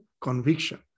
conviction